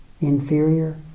inferior